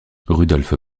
rudolf